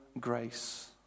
grace